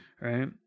right